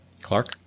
Clark